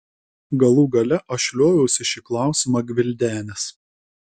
galų gale aš lioviausi šį klausimą gvildenęs